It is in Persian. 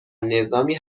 نظامی